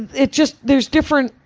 it just, there's different,